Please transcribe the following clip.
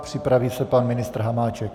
Připraví se pan ministr Hamáček.